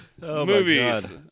movies